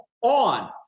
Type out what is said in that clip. on